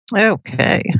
Okay